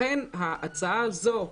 ולכן ההצעה הזו,